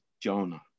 Jonah